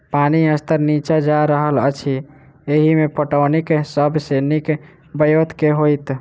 पानि स्तर नीचा जा रहल अछि, एहिमे पटौनीक सब सऽ नीक ब्योंत केँ होइत?